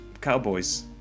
cowboys